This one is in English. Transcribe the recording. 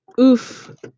Oof